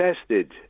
tested